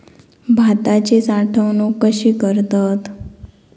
भाताची साठवूनक कशी करतत?